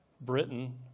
Britain